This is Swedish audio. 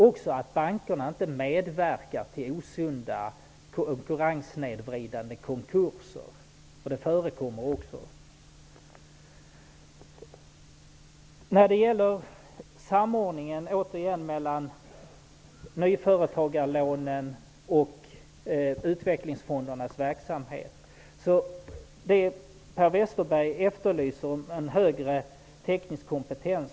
Bankerna får inte heller medverka till osunda, konkurrenssnedvridande konkurser, som också förekommer. När det återigen gäller samordningen mellan nyföretagarlånen och utvecklingsfondernas verksamhet efterlyser Per Westerberg högre teknisk kompetens.